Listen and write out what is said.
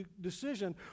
decision